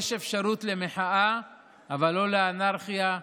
יש אפשרות למחאה אבל לא לאנרכיה,